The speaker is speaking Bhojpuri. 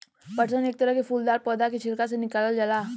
पटसन एक तरह के फूलदार पौधा के छिलका से निकालल जाला